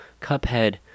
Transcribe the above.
Cuphead